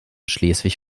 schleswig